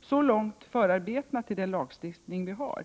Så långt förarbetena till den lagstiftning vi har.